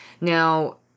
Now